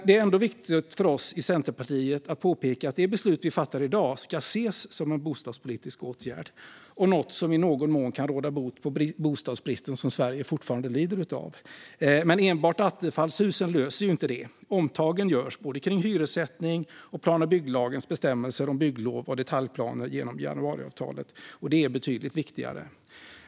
Det är viktigt för oss i Centerpartiet att påpeka att det beslut vi nu fattar ska ses som en bostadspolitisk åtgärd och något som i någon mån kan råda bot på den bostadsbrist som Sverige fortfarande lider av. Men enbart attefallshus löser inte detta. Det görs omtag kring både hyressättning och plan och bygglagens bestämmelser om bygglov och detaljplaner genom januariavtalet, och det är betydligt viktigare.